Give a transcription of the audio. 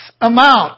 amount